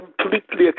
Completely